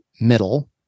middle